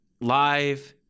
live